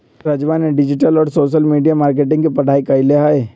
राजवा ने डिजिटल और सोशल मीडिया मार्केटिंग के पढ़ाई कईले है